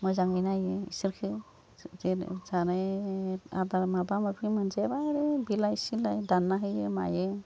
मोजाङै नायनो इसोरखो जेन जानाय आदार माबा माबि मोनजायाबा आरो बेलासिलाय दानना होयो मायो